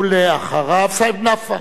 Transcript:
ולאחריו, סעיד נפאע.